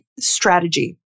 strategy